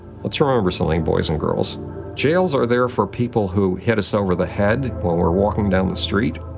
let's remember something boys and girls jails are there for people who hit us over the head when we're walking down the street,